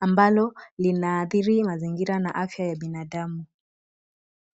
ambalo linaadhiri mazingira na afya ya binadamu.